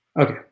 Okay